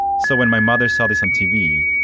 so when my mother saw this on tv,